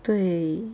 对